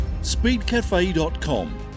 Speedcafe.com